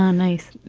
um nice.